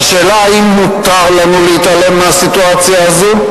והשאלה היא, האם מותר לנו להתעלם מהסיטואציה הזאת,